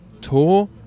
tour